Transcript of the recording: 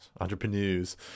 entrepreneurs